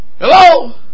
Hello